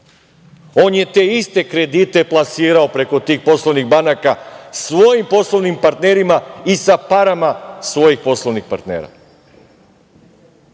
on je te iste kredite plasirao preko tih poslovnih banaka svojim poslovnim partnerima i sa parama svojih poslovnih partnera.I